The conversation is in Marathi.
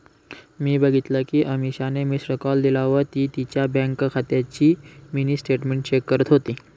मी बघितल कि अमीषाने मिस्ड कॉल दिला व ती तिच्या बँक खात्याची मिनी स्टेटमेंट चेक करत होती